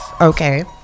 Okay